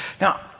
Now